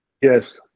Yes